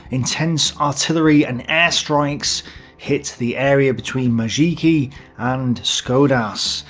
intense artillery and air strikes hit the area between mazeikiai and skuodas,